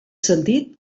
sentit